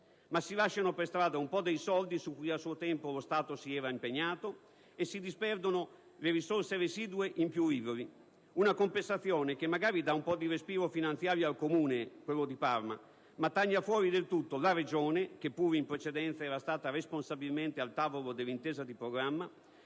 ma si lasciano per strada un po' dei soldi su cui a suo tempo lo Stato si era impegnato e si disperdono le risorse residue in più rivoli. Una compensazione che magari dà un po' di respiro finanziario al Comune di Parma, ma taglia fuori del tutto la Regione (che pure in precedenza era stata responsabilmente al tavolo dell'intesa di programma)